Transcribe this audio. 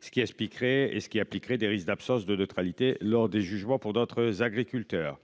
ce qui expliquerait et ce qui impliquerait des risques d'absence de neutralité lors des jugements pour d'autres agriculteurs.